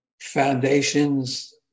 foundations